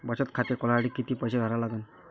बचत खाते खोलासाठी किती पैसे भरा लागन?